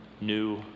new